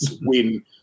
win